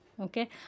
okay